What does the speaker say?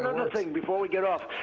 thing, before we get off.